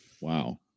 Wow